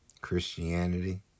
Christianity